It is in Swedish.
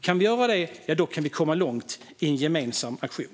Kan vi göra det så kan vi komma långt i en gemensam aktion.